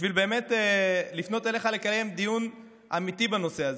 בשביל באמת לפנות אליך לקיים דיון אמיתי בנושא הזה.